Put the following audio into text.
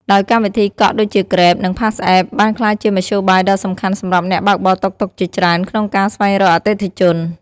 ដោយកម្មវិធីកក់ ដូចជា Grab និង PassApp បានក្លាយជាមធ្យោបាយដ៏សំខាន់សម្រាប់អ្នកបើកបរតុកតុកជាច្រើនក្នុងការស្វែងរកអតិថិជន។